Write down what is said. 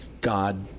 God